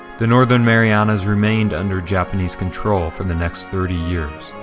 the northern marianas remained under japanese control for the next thirty years.